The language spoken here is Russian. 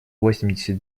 восемьдесят